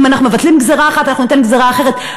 אם אנחנו מבטלים גזירה אחת אנחנו ניתן גזירה אחרת.